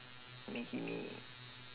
maggi mee